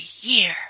year